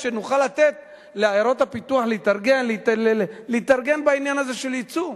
שנוכל לתת לעיירות הפיתוח להתארגן בעניין הזה של ייצוא.